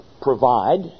provide